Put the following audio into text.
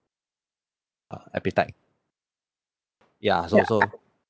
uh a bit tight ya is also